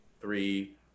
three